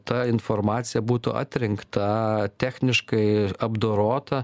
ta informacija būtų atrinkta techniškai apdorota